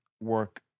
work